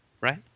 right